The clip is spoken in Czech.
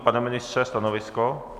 Pane ministře, stanovisko?